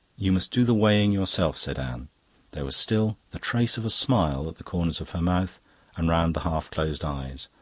you must do the weighing yourself, said anne there was still the trace of a smile at the corners of her mouth and round the half-closed eyes.